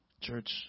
Church